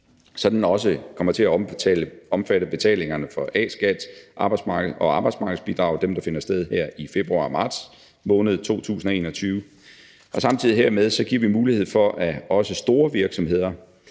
så den også kommer til at omfatte betalingerne for A-skat og arbejdsmarkedsbidrag, som finder sted her i februar/marts måned 2021. Samtidig hermed giver vi mulighed for, at også store virksomheder